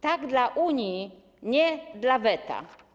Tak dla Unii, nie dla weta.